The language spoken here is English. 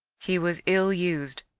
he was ill used.